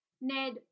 Ned